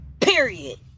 Period